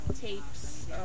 tapes